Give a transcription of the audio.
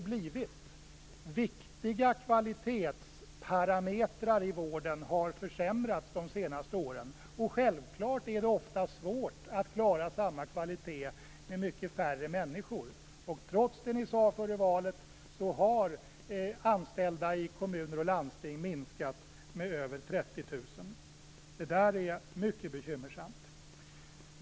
Viktiga kvalitetsparametrar i vården har försämrats de senaste åren. Självklart är det ofta svårt att klara samma kvalitetsnivå med färre människor. Trots det ni sade före valet har anställda i kommuner och landsting minskat med över 30 000. Det är mycket bekymmersamt.